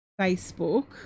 Facebook